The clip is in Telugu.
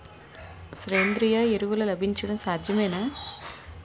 సేంద్రీయ ఎరువులు లభించడం సాధ్యమేనా?